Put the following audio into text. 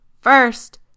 First